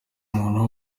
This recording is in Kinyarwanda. umuntu